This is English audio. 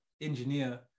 engineer